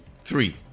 three